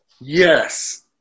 Yes